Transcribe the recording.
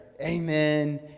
Amen